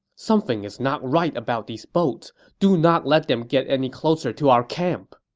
something is not right about these boats. do not let them get any closer to our camp!